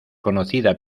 conocida